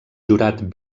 jurat